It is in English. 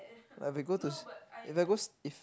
like if I go to s~ if I go s~ if